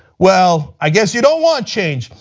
well, i guess you don't want change,